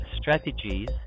strategies